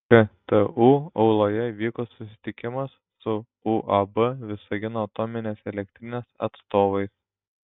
ktu auloje vyko susitikimas su uab visagino atominės elektrinės atstovais